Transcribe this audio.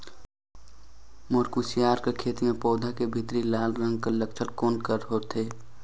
मोर कुसियार कर खेती म पौधा के भीतरी लाल रंग कर लक्षण कौन कर होथे?